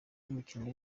imikino